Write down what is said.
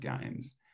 games